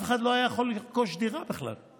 אף אחד לא היה יכול לרכוש דירה בכלל,